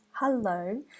hello